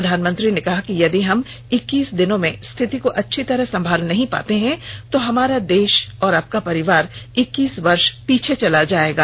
प्रधानमंत्री ने कहा कि यदि हम इक्कीस दिनो में स्थिति को अच्छी तरह संभाल नहीं पाते हैं तो हमारा देश और आपका परिवार इक्कीस वर्ष पीछे चला जायेगा